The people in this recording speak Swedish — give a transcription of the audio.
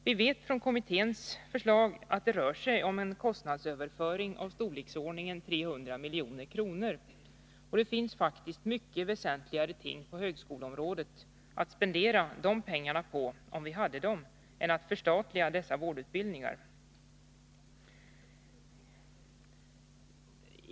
Vi vet från kommitténs förslag att det rör sig om en kostnadsöverföring av storleksordningen 300 milj.kr. Och det finns faktiskt mycket väsentligare ting på högskoleområdet att spendera dessa pengar på — om vi hade dem -— än att förstatliga dessa vårdutbildningar.